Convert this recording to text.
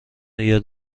یاد